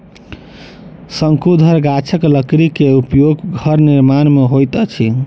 शंकुधर गाछक लकड़ी के उपयोग घर निर्माण में होइत अछि